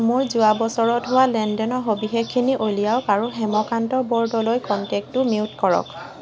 মোৰ যোৱা বছৰত হোৱা লেনদেনৰ সবিশেষখিনি উলিয়াওক আৰু হেমকান্ত বৰদলৈ কণ্টেক্টটো মিউট কৰক